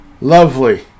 Lovely